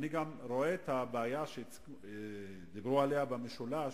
אני גם רואה את הבעיה שדיברו עליה במשולש.